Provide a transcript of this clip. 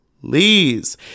please